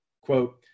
Quote